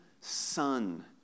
son